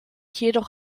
jedoch